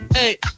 hey